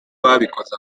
ababikoze